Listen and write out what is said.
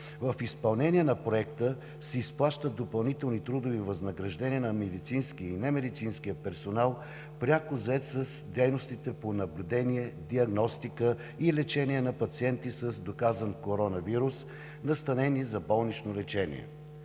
В изпълнение на проекта се изплащат допълнителни трудови възнаграждения на медицинския и немедицинския персонал, пряко зает с дейностите по наблюдение, диагностика и лечение на пациенти с доказан коронавирус, настанени за болнично лечение.